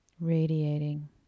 radiating